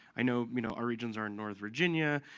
i know you know our regions are in north virginia,